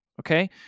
okay